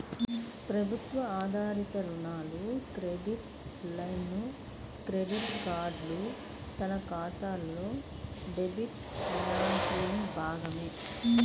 ప్రభుత్వ ఆధారిత రుణాలు, క్రెడిట్ లైన్లు, క్రెడిట్ కార్డులు, తనఖాలు డెట్ ఫైనాన్సింగ్లో భాగమే